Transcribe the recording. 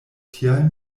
tial